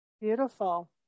Beautiful